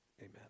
Amen